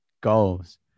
goals